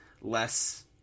less –